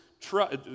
trust